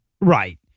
Right